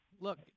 look